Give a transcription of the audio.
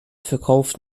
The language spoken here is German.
verkauft